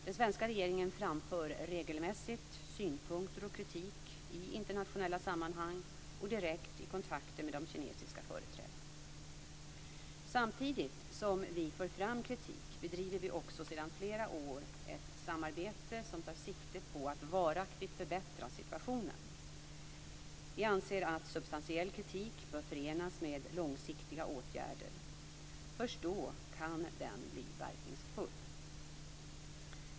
Den svenska regeringen framför regelmässigt synpunkter och kritik i internationella sammanhang och direkt i kontakter med de kinesiska företrädarna. Samtidigt som vi för fram kritik bedriver vi också sedan flera år ett samarbete som tar sikte på att varaktigt förbättra situationen. Vi anser att substantiell kritik bör förenas med långsiktiga åtgärder. Först då kan den bli verkningsfull.